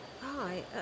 Hi